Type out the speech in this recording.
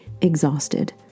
exhausted